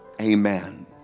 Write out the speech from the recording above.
amen